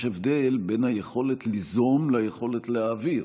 יש הבדל בין היכולת ליזום ליכולת להעביר.